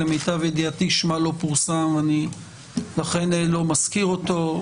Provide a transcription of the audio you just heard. למיטב ידיעתי שמה לא פורסם ולכן אני לא מזכיר אותו.